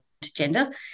gender